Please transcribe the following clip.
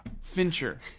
fincher